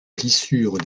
plissures